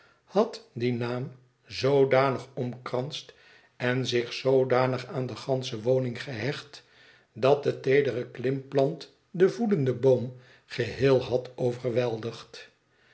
had dien naam zoodanig omkranst en zich zoodanig aan de gansche woning gehecht dat de teedere klimplant den voedenden boom geheel had overweldigd